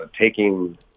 taking